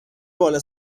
بالا